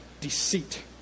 deceit